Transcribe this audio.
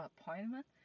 appointment